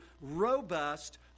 robust